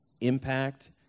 impact